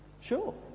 sure